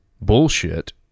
bullshit